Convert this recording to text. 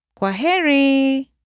Kwaheri